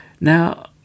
now